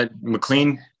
McLean